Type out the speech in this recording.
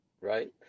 right